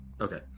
okay